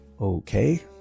Okay